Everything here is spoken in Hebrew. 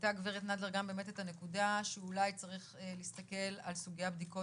העלתה גב' נדלר גם את הנקודה שאולי צריך להסתכל על סוגי הבדיקות